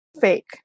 fake